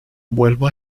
vuelvo